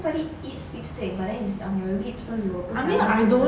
nobody eats lipstick but then it's on your lips so you will 不小心吃掉